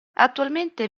attualmente